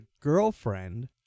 girlfriend